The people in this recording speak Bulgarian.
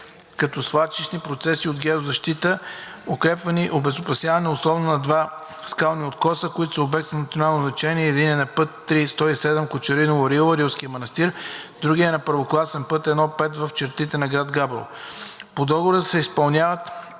като свлачищни процеси от „Геозащита“; укрепване и обезопасяване условно на два скални откоса, които са обекти с национално значение. Единият е на път III-107 Кочериново – Рила – Рилски манастир, другият – на първокласен път І-5 в чертите на град Габрово. По договора се изпълняват